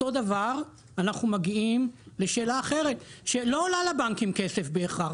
אותו דבר אנחנו מגיעים לשאלה אחרת שלא עולה לבנקים כסף בהכרח,